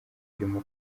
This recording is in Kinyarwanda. irimo